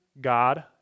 God